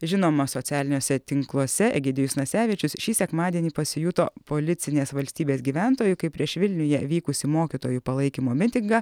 žinomas socialiniuose tinkluose egidijus nasevičius šį sekmadienį pasijuto policinės valstybės gyventoju kai prieš vilniuje vykusį mokytojų palaikymo mitingą